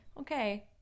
okay